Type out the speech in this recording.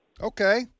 Okay